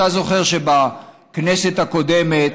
אתה זוכר שבכנסת הקודמת,